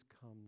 come